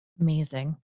Amazing